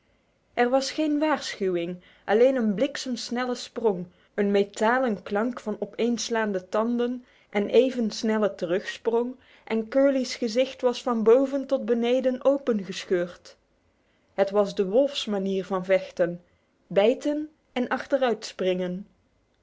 er was geen waarschuwing alleen een bliksemsnelle sprong een metalen klank van opeenslaande tanden en een even snelle terugsprong en curly's gezicht was van boven tot beneden opengescheurd het was de wolfsmanier van vechten bijten en